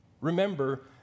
Remember